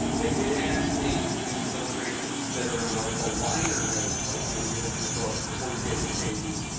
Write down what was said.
they did ask me to do some illustrations that are in the the liner notes, like, you know, when you open the book before you get to the pages.